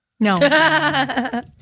No